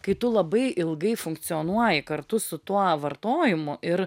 kai tu labai ilgai funkcionuoji kartu su tuo vartojimu ir